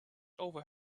over